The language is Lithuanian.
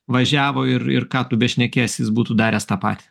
važiavo ir ir ką tu bešnekėsi jis būtų daręs tą patį